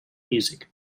music